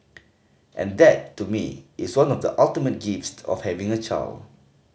and that to me is one of the ultimate gifts of having a child